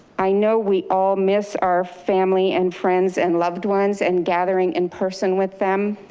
i know we all miss our family and friends and loved ones and gathering in person with them,